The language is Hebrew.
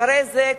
אחרי זה,